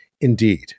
indeed